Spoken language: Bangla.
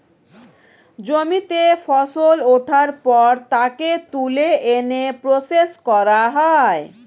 জমিতে ফসল ওঠার পর তাকে তুলে এনে প্রসেস করা হয়